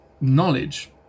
knowledge